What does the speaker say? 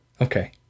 Okay